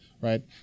right